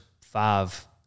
five